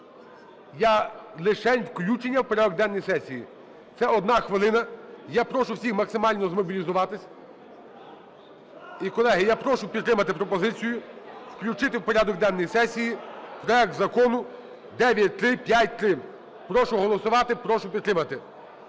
Лишень включення в порядок денний сесії. Це одна хвилина. Я прошу всіх максимально змобілізуватись. І, колеги, я прошу підтримати пропозицію включити в порядок денний сесії проект Закону 9353. Прошу голосувати. Прошу підтримати.